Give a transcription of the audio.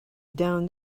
down